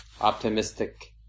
optimistic